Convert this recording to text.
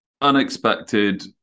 unexpected